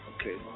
Okay